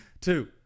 two